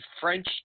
French